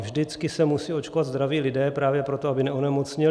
Vždycky se musí očkovat zdraví lidé právě proto, aby neonemocněli.